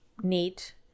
neat